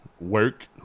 Work